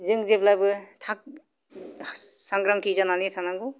जों जेब्लायबो सांग्रांथि जानानै थानांगौ